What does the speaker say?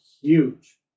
huge